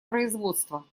производства